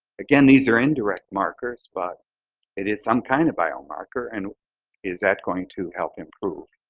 again, these are indirect markers, but it is some kind of biomarker and is that going to help improve